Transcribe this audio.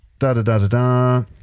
da-da-da-da-da